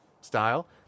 style